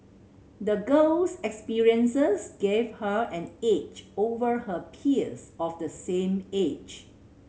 the girl's experiences gave her an edge over her peers of the same age